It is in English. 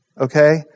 okay